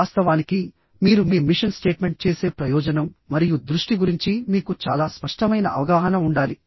వాస్తవానికి మీరు మీ మిషన్ స్టేట్మెంట్ చేసే ప్రయోజనం మరియు దృష్టి గురించి మీకు చాలా స్పష్టమైన అవగాహన ఉండాలి